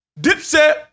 Dipset